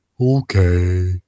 okay